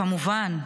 כמובן,